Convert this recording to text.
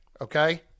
okay